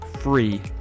free